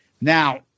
Now